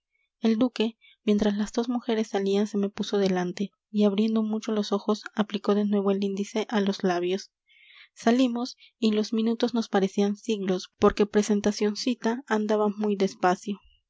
el duque mientras las dos mujeres salían se me puso delante y abriendo mucho los ojos aplicó de nuevo el índice a los labios salimos y los minutos nos parecían siglos porque presentacioncita andaba muy despacio